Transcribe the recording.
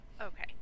Okay